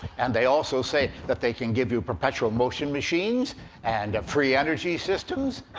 and they also say that they can give you perpetual motion machines and free energy systems.